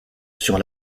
sur